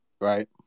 right